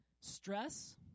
Stress